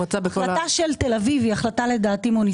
ההחלטה של תל אביב היא החלטה מוניציפלית,